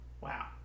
Wow